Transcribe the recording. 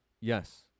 Yes